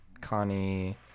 connie